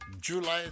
July